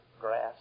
grass